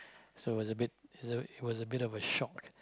so was a bit is a it was a bit of a shock